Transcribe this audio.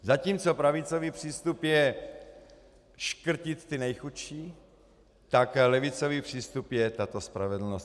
Zatímco pravicový přístup je škrtit ty nejchudší, tak levicový přístup je tato spravedlnost.